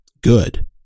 good